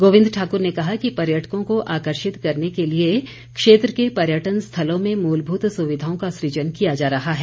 गोविंद ठाक्र ने कहा कि पर्यटकों को आकर्षित करने के लिए क्षेत्र के पर्यटन स्थलों में मूलभूत सुविधाओं का सुजन किया जा रहा है